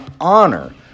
honor